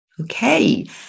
Okay